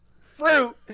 fruit